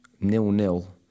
nil-nil